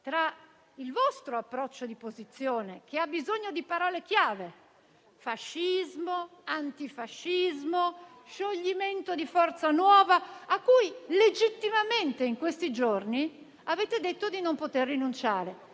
con il vostro approccio di posizione, che ha bisogno di parole chiave: fascismo, antifascismo, scioglimento di Forza Nuova, a cui legittimamente in questi giorni avete detto di non poter rinunciare.